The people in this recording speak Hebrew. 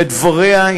לדבריה,